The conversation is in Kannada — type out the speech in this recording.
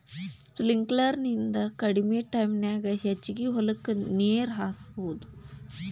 ಸ್ಪಿಂಕ್ಲರ್ ನಿಂದ ಕಡಮಿ ಟೈಮನ್ಯಾಗ ಹೆಚಗಿ ಹೊಲಕ್ಕ ನೇರ ಹಾಸಬಹುದು